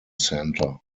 centre